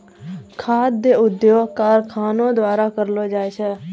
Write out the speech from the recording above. खाद्य उद्योग कारखानो द्वारा करलो जाय छै